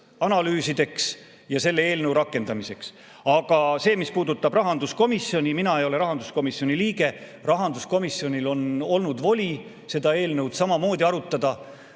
analüüsideks ja selle eelnõu rakendamiseks. Aga mis puudutab rahanduskomisjoni – mina ei ole rahanduskomisjoni liige –, rahanduskomisjonil on olnud voli seda eelnõu samamoodi arutada.